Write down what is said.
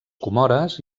comores